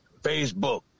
Facebook